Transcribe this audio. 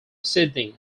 sydney